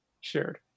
shared